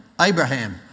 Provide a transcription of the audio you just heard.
Abraham